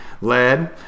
lead